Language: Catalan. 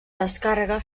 descàrrega